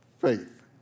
faith